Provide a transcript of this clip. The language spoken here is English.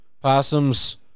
Possums